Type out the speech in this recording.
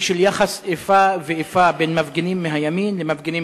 היא של יחס איפה ואיפה בין מפגינים מהימין למפגינים